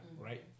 right